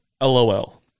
LOL